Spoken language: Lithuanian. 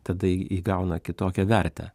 tada į įgauna kitokią vertę